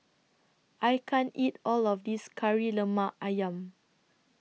I can't eat All of This Kari Lemak Ayam